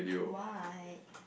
why